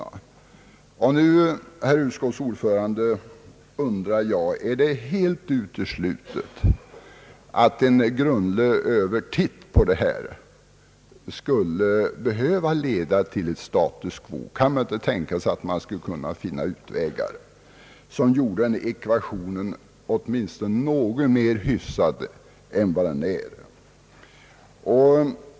Nu undrar jag, utskottets herr ordförande, om det är helt uteslutet att en grundlig översyn av hela detta problem skulle behöva leda till status quo. Kan det inte tänkas att man skulle kunna finna utvägar som gjorde ekvationen åtminstone något mer hyfsad än den är i dag.